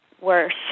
worse